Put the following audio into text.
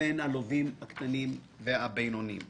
לבין הלווים הקטנים והבינוניים.